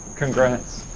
congrats.